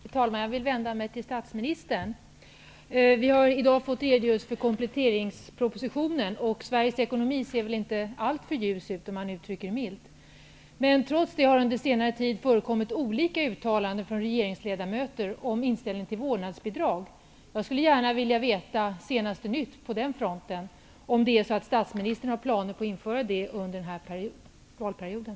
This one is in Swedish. Fru talman! Jag vill vända mig till statsministern. Vi har i dag fått kompletteringspropositionen. Sveriges ekonomi ser väl inte alltför ljus ut, om man uttrycker det milt. Trots detta har det under senare tid förekommit olika uttalanden från regeringsledamöter om inställningen till vårdnadsbidraget. Jag skulle vilja veta senaste nytt på den fronten, om statsministern har planer på att införa vårdnadsbidrag under den här valperioden.